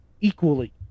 equally